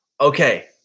okay